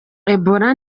ebola